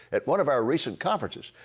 at one of our recent conferences.